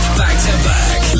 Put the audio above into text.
back-to-back